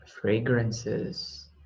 fragrances